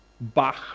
Bach